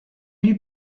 lui